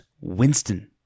Winston